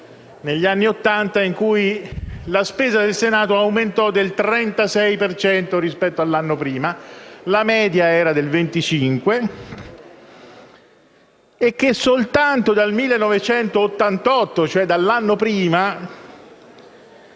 negli anni Ottanta in cui la spesa del Senato aumentò del 36 per cento rispetto all'anno prima: la media era del 25 «e che soltanto dal 1988 (cioè dall'anno prima)